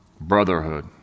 brotherhood